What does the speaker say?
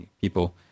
people